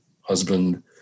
husband